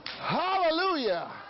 Hallelujah